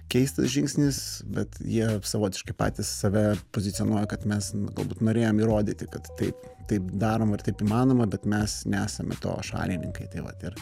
keistas žingsnis bet jie savotiškai patys save pozicionuoja kad mes galbūt norėjom įrodyti kad taip taip daroma ir taip įmanoma bet mes nesam to šalininkai tai vat ir